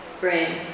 brain